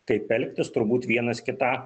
kaip elgtis turbūt vienas kitą